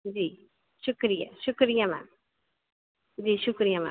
जी शुक्रिया शुक्रिया मैम जी शुक्रिया मैम शुक्रिया